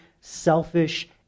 selfish